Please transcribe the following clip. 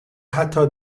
حتی